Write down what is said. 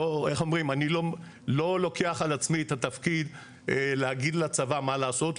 איך אומרים אני לא לוקח על עצמי את התפקיד להגיד לצבא מה לעשות,